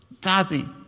Daddy